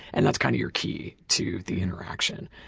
and that's kind of your key to the interaction.